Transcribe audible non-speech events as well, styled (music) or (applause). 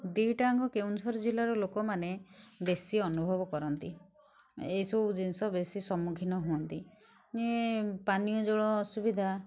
ଦୁଇଟାଯାଙ୍କ କେଉଁଝର ଜିଲ୍ଲାର ଲୋକମାନେ ବେଶୀ ଅନୁଭବ କରନ୍ତି ଏଇସବୁ ଜିନିଷ ବେଶୀ ସମ୍ମୁଖୀନ ହୁଅନ୍ତି (unintelligible) ପାନୀୟ ଜଳ ଅସୁବିଧା